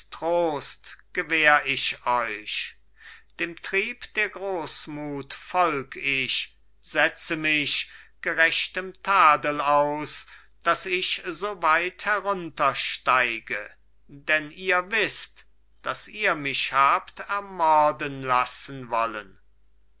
trost gewähr ich euch dem trieb der großmut folg ich setze mich gerechtem tadel aus daß ich so weit heruntersteige denn ihr wißt daß ihr mich habt ermorden lassen wollen